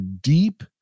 deep